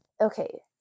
Okay